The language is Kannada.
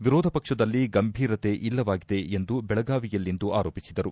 ವಿರೋಧ ಪಕ್ಷದಲ್ಲಿ ಗಂಭೀರತೆ ಇಲ್ಲದಾಗಿದೆ ಎಂದು ಬೆಳಗಾವಿಯಲ್ಲಿಂದು ಆರೋಪಿಸಿದರು